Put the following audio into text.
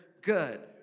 good